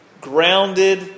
grounded